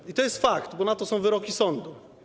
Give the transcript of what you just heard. I to jest fakt, bo na to są wyroki sądu.